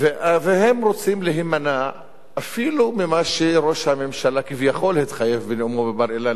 והם רוצים להימנע אפילו ממה שראש הממשלה כביכול התחייב בנאומו בבר-אילן,